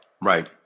Right